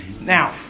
Now